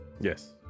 Yes